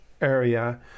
area